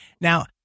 Now